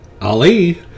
Ali